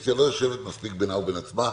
שהאופוזיציה לא יושבת מספיק בינה ובין עצמה,